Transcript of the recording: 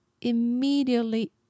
immediately